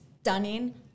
stunning